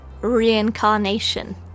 reincarnation